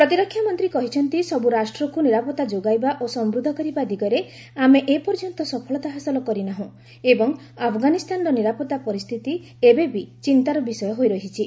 ପ୍ରତିରକ୍ଷାମନ୍ତ୍ରୀ କହିଛନ୍ତି ସବୁ ରାଷ୍ଟ୍ରକୁ ନିରାପତ୍ତା ଯୋଗାଇବା ଓ ସମୃଦ୍ଧ କରିବା ଦିଗରେ ଆମେ ଏପର୍ଯ୍ୟନ୍ତ ସଫଳତା ହାସଲ କରିନାହୁଁ ଏବଂ ଆଫଗାନିସ୍ଥାନର ନିରାପତ୍ତା ପରିସ୍ଥିତି ଏବେ ବି ଚିନ୍ତାର ବିଷୟ ହୋଇ ରହିଛି